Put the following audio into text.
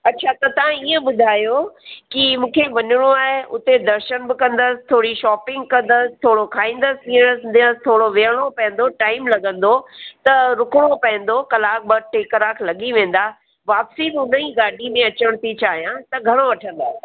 अच्छा त तव्हां हीअं ॿुधायो की मूंखे वञिणो आहे उते दर्शन बि कंदसि थोरी शॉपिंग कंदसि थोरो खाईंदसि पीअंदसि थोरो वियणो पवंदो टाइम लॻंदो त रुकिणो पवंदो कलाक ॿ टे कलाक लॻी वेंदा वापिसी बि उन ई गाॾी में अचण थी चाहियां त घणा वठंदा